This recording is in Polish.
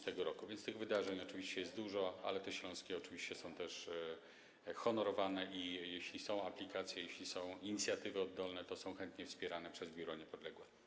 Tak więc tych wydarzeń oczywiście jest dużo, ale te śląskie rocznice są też honorowane i jeśli są aplikacje, jeśli są inicjatywy oddolne, to są one chętnie wspierane przez biuro programu „Niepodległa”